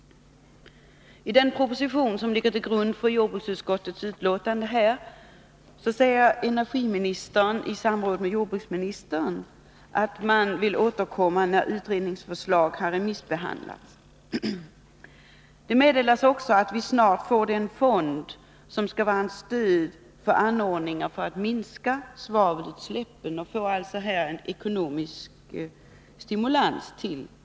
I den proposition som ligger till grund för jordbruksutskottets betänkande här säger energiministern i samråd med jordbruksministern att man vill återkomma när utredningsförslaget har remissbehandlats. Det meddelas också att vi snart får den fond som skall ge underlag för ekonomisk stimulans att få fram anordningar för att minska svavelutsläppen.